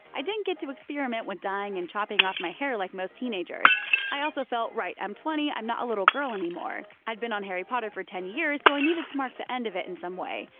i didn't get to experiment with dyeing and chopping off my hair like most teenagers i also felt, right, i'm twenty, i'm not a little girl any more. i'd been on harry potter for ten years so i needed to mark the end of it in some way.